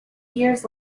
years